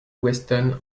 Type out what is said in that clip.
weston